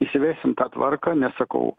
įsivesim tą tvarką nes sakau